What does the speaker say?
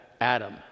Adam